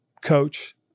coach